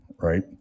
right